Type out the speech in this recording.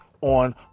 on